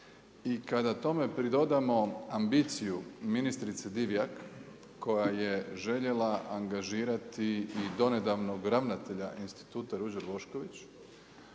i kada tome pridodamo ambiciju ministrice Divjak koja je željela angažirati i donedavnog ravnatelja Instituta Ruđer Bošković,